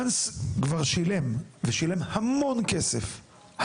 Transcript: Once הוא כבר שילם ושילם המון כסף,